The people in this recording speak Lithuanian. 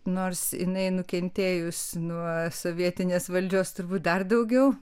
nors jinai nukentėjus nuo sovietinės valdžios turbūt dar daugiau